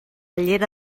llera